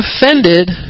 offended